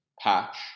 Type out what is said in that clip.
patch